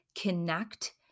connect